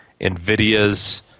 NVIDIA's